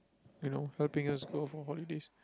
you know helping us go for holidays